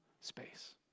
space